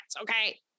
okay